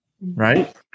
Right